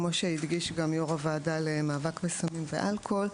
כמו שהדגיש גם יו"ר הוועדה למאבק בסמים ואלכוהול,